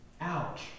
Ouch